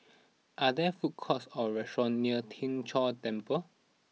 are there food courts or restaurants near Tien Chor Temple